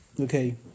Okay